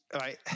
right